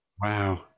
Wow